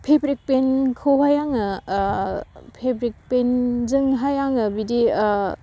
fabric पेइन्थखौहाय आङो ओह पेब्रिक पेइन्थजोंहाय आङो बिदि ओह